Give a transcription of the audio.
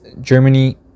Germany